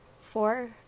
four